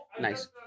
Nice